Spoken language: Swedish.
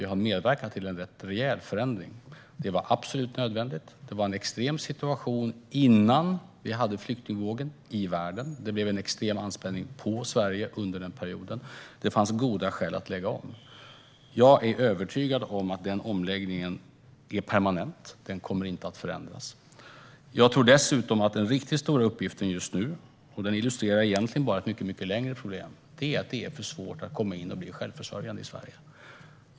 Vi har medverkat till en rätt rejäl förändring. Det var absolut nödvändigt. Det var en extrem situation innan vi hade flyktingvågen i världen. Det blev en extrem anspänning på Sverige under den perioden. Det fanns goda skäl att lägga om. Jag är övertygad om att den omläggningen är permanent. Den kommer inte att förändras. Jag tror dessutom att den riktigt stora uppgiften just nu - och den illustrerar egentligen ett mycket längre problem - är att det är för svårt att komma in och bli självförsörjande i Sverige.